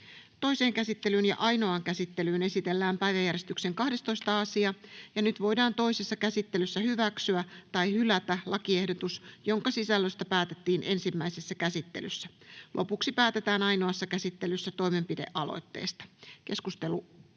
Toiseen käsittelyyn ja ainoaan käsittelyyn esitellään päiväjärjestyksen 12. asia. Nyt voidaan toisessa käsittelyssä hyväksyä tai hylätä lakiehdotus, jonka sisällöstä päätettiin ensimmäisessä käsittelyssä. Lopuksi päätetään ainoassa käsittelyssä toimenpidealoitteesta. — Keskustelu